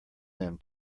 them